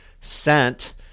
sent